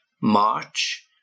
March